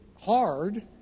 hard